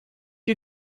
you